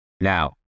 Now